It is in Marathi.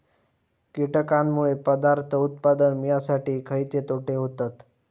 कीटकांनमुळे पदार्थ उत्पादन मिळासाठी खयचे तोटे होतत?